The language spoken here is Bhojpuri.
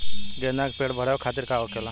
गेंदा का पेड़ बढ़अब खातिर का होखेला?